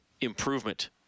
improvement